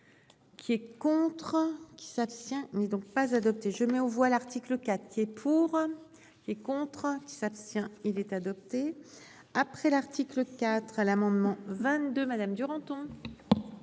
je mets aux voix l'article 4 et pour. Les contraintes qui s'abstient. Il est adopté. Après l'article 4 à l'amendement 22 madame Duranton.